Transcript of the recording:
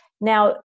Now